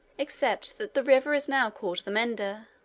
except that the river is now called the mender